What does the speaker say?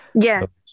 Yes